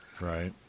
Right